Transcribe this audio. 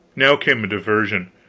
now came a diversion.